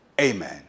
amen